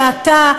שאתה,